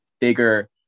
bigger